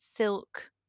silk